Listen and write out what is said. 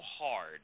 hard